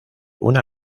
una